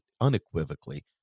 unequivocally